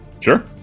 Sure